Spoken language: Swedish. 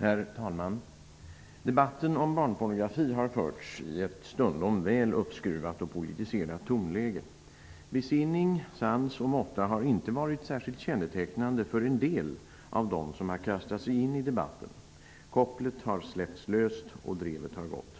Herr talman! Debatten om barnpornografi har förts i ett stundom väl uppskruvat och politiserat tonläge. Besinning, sans och måtta har inte varit särskilt kännetecknande för en del av dem som har kastat sig in i debatten. Kopplet har släppts lös och drevet har gått.